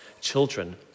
children